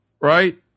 right